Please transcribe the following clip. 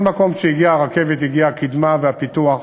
בכל מקום שהגיעה הרכבת הגיעו הקדמה והפיתוח.